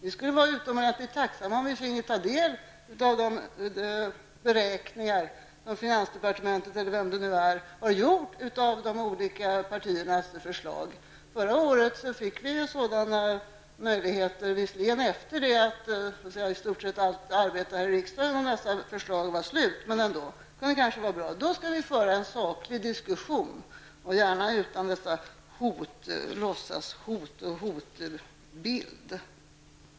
Vi skulle vara mycket tacksamma om vi finge ta del av de beräkningar som finansdepartementet har gjort av de olika partiernas förslag. Förra året vi fick vi ta del av sådana beräkningar, även om det skedde efter det att riksdagens arbete med de olika förslagen praktiskt taget har avslutat. Om vi får sådana beräkningar, skall vi gärna föra en saklig diskussion utan att denna behöver framställas som ett hot mot partierna.